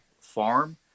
farm